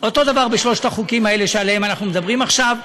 אותו דבר בשלושת החוקים האלה שעליהם אנחנו מדברים עכשיו,